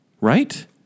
Right